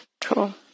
Cool